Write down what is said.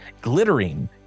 glittering